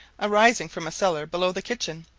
arising from a cellar below the kitchen.